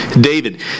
David